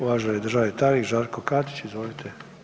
Uvaženi državni tajnik Žarko Katić, izvolite.